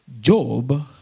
Job